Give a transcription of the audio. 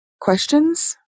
questions